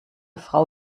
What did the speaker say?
frau